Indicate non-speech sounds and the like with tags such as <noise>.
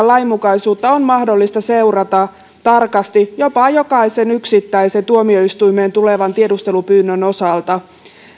<unintelligible> lainmukaisuutta on mahdollista seurata tarkasti jopa jokaisen yksittäisen tuomioistuimeen tulevan tiedustelupyynnön osalta